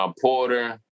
Porter